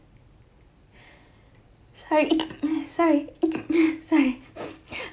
sorry sorry sorry